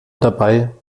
dabei